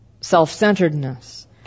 self-centeredness